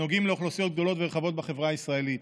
הנוגעים לאוכלוסיות גדולות ורחבות בחברה הישראלית.